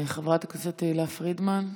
חברת הכנסת תהלה פרידמן.